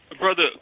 Brother